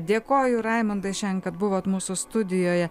dėkoju raimondai šiandien kad buvot mūsų studijoje